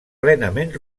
plenament